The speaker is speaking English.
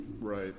right